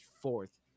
fourth